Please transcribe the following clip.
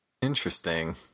Interesting